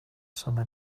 summer